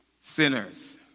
sinners